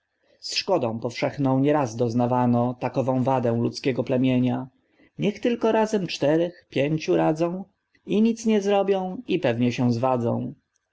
szkodą powszechną nie raz doznawano takową wadę ludzkiego plemienia niech tylko razem czterech pięciu radzą i nic nie zrobią i pewnie się zwadzą